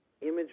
image